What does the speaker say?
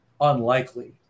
unlikely